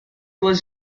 was